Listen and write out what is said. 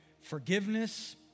Forgiveness